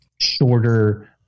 shorter